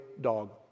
dog